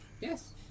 Yes